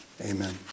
Amen